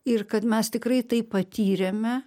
ir kad mes tikrai tai patyrėme